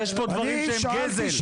יש דברים שהם גזל.